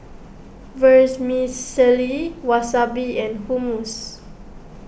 Vermicelli Wasabi and Hummus